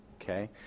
Okay